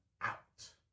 out